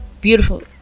beautiful